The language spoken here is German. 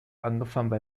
angefangen